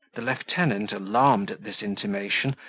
the lieutenant, alarmed at this intimation,